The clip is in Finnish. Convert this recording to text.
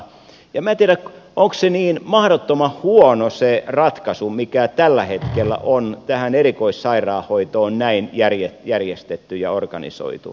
en minä tiedä onko niin mahdottoman huono se ratkaisu mikä tällä hetkellä on tähän erikoissairaanhoitoon järjestetty ja organisoitu